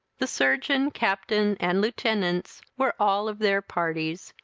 the surgeon, captains, and lieutenants, were all of their parties,